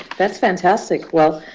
that's fantastic. well,